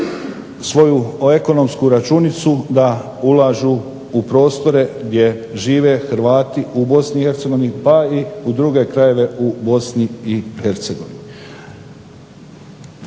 svoju ekonomsku računicu da ulažu u prostore gdje žive Hrvati u Bosni i Hercegovini, pa i u druge krajeve u Bosni